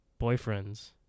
boyfriends